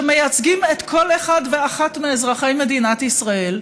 שמייצגים את כל אחד ואחת מאזרחי מדינת ישראל,